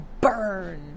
Burn